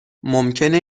ممکنه